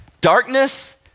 Darkness